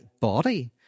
body